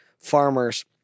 farmers